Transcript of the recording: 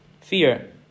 Fear